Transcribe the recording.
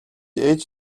ээж